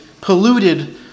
polluted